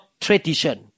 tradition